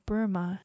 Burma